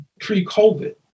pre-COVID